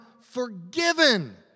forgiven